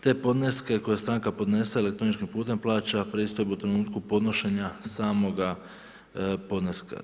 Te podneske koje stranka podnese elektroničkim putem plaća pristojbu u trenutku podnošenja samoga podneska.